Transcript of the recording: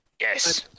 yes